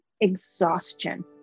exhaustion